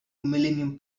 millennium